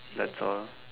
that's all